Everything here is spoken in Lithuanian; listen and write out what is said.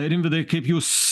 rimvydai kaip jūs